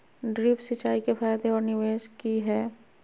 Drip सिंचाई के फायदे और निवेस कि हैय?